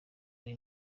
ari